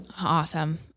Awesome